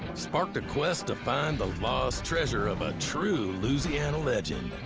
sparked a quest to find the lost treasure of a true louisiana legend.